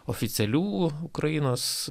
oficialių ukrainos